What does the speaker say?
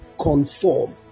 conform